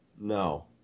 No